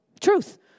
truth